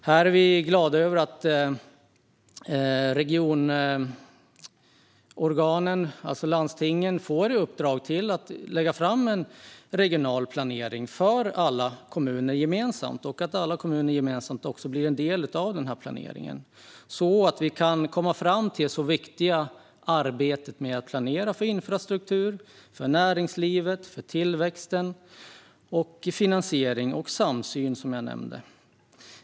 Här är vi glada över att regionorganen, landstingen, får i uppdrag att lägga fram en regional planering för alla kommuner gemensamt och att alla kommuner gemensamt också blir en del av planeringen, så att vi kan komma fram till det så viktiga arbetet med att planera för infrastruktur, näringsliv, tillväxt, finansiering och samsyn, som jag nämnde.